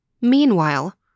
Meanwhile